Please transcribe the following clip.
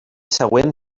següent